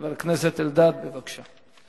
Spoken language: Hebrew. חבר הכנסת אלדד, בבקשה.